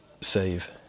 save